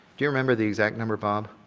do you remember the exact number, bob?